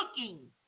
looking